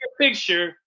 picture